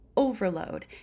overload